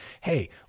hey